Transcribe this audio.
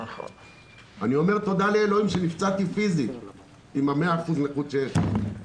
אני אומר תודה לאלוהים שנפצעתי פיזית עם ה-100% נכות שיש לי.